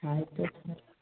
ಆಯಿತು ಸರ್